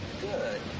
Good